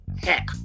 heck